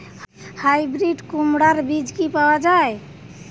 Hybrid কুমড়ার বীজ কি পাওয়া য়ায়?